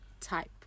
type